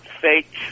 fake